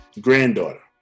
granddaughter